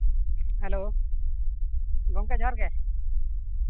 hello ᱜᱚᱢᱠᱮ ᱡᱚᱦᱟᱨ ᱜᱮ